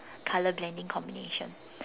color blending combination